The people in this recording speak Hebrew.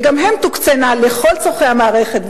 וגם הן תוקצינה לכל צורכי המערכת,